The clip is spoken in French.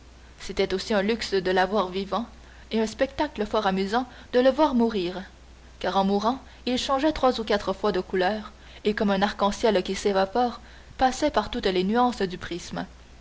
c'était aussi un luxe de l'avoir vivant et un spectacle fort amusant de le voir mourir car en mourant il changeait trois ou quatre fois de couleur et comme un arc-en-ciel qui s'évapore passait par toutes les nuances du prisme